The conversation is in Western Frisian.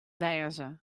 wêze